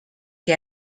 que